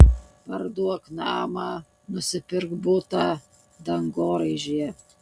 parduok namą nusipirk butą dangoraižyje